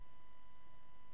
ללא